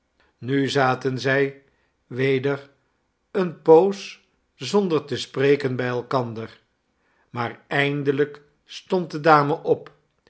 nu zaten zij weder eene poos zonder te spreken bij elkander maar eindelijk stond de dame op